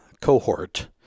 cohort